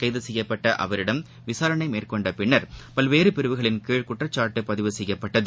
கைதுசெய்யப்பட்டஅவரிடம் விசாரணைமேற்கொண்டபின் பல்வேறுபிரிவுகளின்கீழ் குற்றச்சாட்டுபதிவு செய்யப்பட்டது